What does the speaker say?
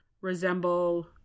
resemble